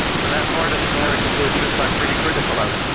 so that part of american business, i'm pretty critical of.